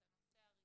את הנושא הרגשי,